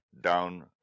down